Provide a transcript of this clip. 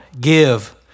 give